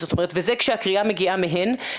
וזה כשהקריאה מגיעה מהן,